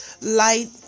light